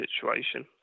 situation